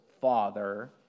father